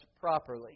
properly